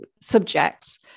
subjects